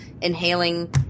inhaling